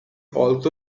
also